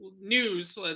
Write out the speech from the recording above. news